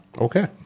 Okay